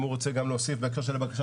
אם הוא רוצה להוסיף בהקשר של הבקשה